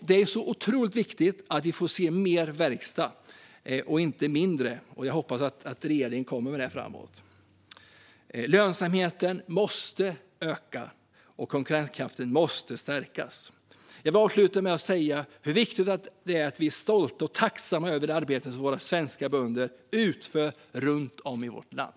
Det är otroligt viktigt att vi får se mer verkstad, inte mindre, och jag hoppas att regeringen kommer med detta framöver. Lönsamheten måste öka, och konkurrenskraften måste stärkas. Jag vill avsluta med att säga hur viktigt det är att vi är stolta och tacksamma över det arbete som våra svenska bönder utför runt om i vårt land.